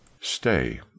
Stay